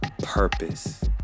purpose